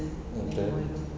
um okay